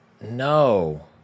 no